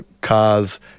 cars